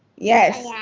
yes, yeah